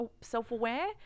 self-aware